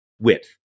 width